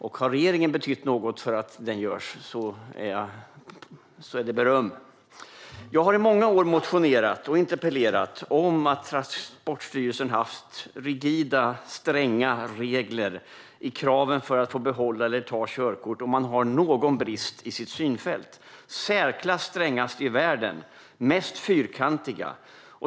Och har regeringen betytt något för att den görs ger jag beröm. Jag har i många år motionerat och interpellerat om att Transportstyrelsen har rigida och stränga regler i fråga om kraven för att man ska få behålla eller ta körkort om man har någon brist i sitt synfält. Reglerna är i särklass strängast i världen. Det är de mest fyrkantiga.